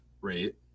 rate